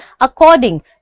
according